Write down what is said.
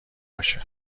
باشه